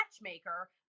matchmaker